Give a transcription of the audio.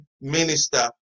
minister